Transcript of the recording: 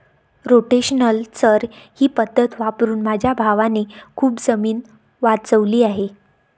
rotational चर ही पद्धत वापरून माझ्या भावाने खूप जमीन वाचवली आहे